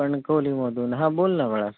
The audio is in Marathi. कणकवलीमधून हां बोल ना बाळा